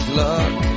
luck